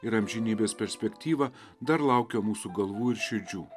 ir amžinybės perspektyvą dar laukia mūsų galvų ir širdžių